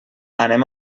anem